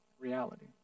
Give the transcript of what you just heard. reality